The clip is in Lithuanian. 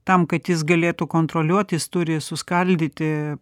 tam kad jis galėtų kontroliuot jis turi suskaldyti